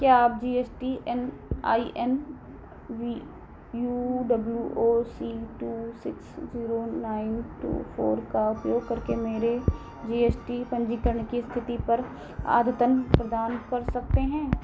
क्या आप G S T N I N V U W O C two six zero nine two four का उपयोग करके मेरे जी एस टी पंजीकरण की स्थिति पर अद्यतन प्रदान कर सकते हैं